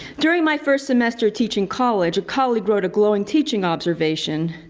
during my first semester teaching college, a colleague wrote a glowing teaching observation.